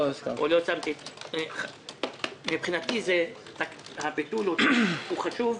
מבחינתי הביטול הוא חשוב,